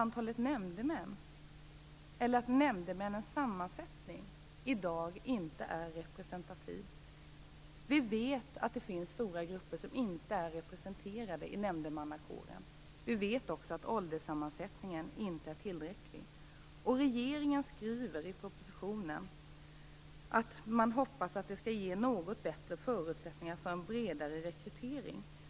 Nämndemännens sammansättning är i dag inte representativ. Vi vet att det finns stora grupper som inte är representerade i nämndemannakåren. Vi vet också att ålderssammansättningen inte är tillräcklig. Regeringen skriver i propositionen att den hoppas att det skall ge något bättre förutsättningar för en bredare rekrytering.